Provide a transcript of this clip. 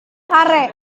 kare